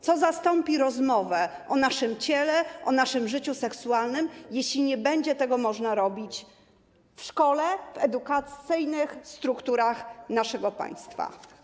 Co zastąpi rozmowę o naszym ciele, o naszym życiu seksualnym, jeśli nie będzie tego można robić w szkole, w edukacyjnych strukturach naszego państwa?